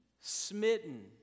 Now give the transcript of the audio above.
smitten